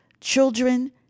children